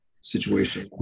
situation